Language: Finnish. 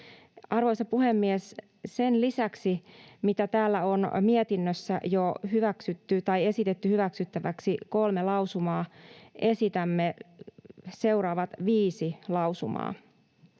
Arvoisa puhemies! Sen lisäksi, että tässä mietinnössä on jo esitetty hyväksyttäväksi kolme lausumaa, esitämme seuraavat viisi lausumaa: